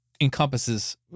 encompasses